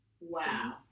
Wow